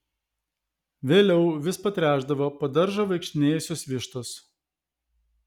vėliau vis patręšdavo po daržą vaikštinėjusios vištos